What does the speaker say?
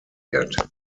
yet